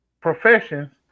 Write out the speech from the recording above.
professions